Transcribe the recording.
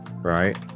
right